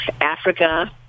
Africa